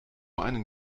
einen